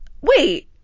wait